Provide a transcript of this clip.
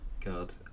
God